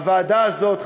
הוועדה הזאת,